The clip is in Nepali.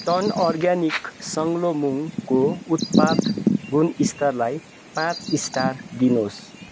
टन अर्ग्यानिक सग्लोमुङ्गको उत्पाद गुणस्तरलाई पाँच स्टार दिनुहोस्